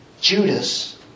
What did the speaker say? Judas